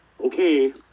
okay